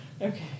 Okay